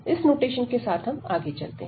इस नोटेशन के साथ हम आगे चलते हैं